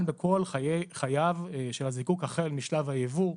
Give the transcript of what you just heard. בכל חייו של הזיקוק החל משלב הייבוא,